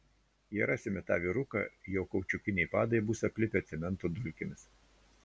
jei rasime tą vyruką jo kaučiukiniai padai bus aplipę cemento dulkėmis